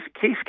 Case